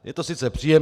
Je to sice příjemné.